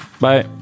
bye